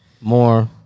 more